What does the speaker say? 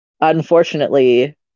unfortunately